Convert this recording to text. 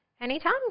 Anytime